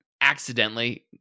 accidentally